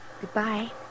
Goodbye